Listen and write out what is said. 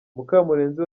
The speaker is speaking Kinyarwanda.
mukamurenzi